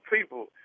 people